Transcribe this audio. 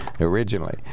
originally